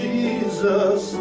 Jesus